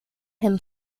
him